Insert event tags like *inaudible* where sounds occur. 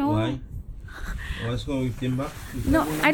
why what's wrong with tembak *noise*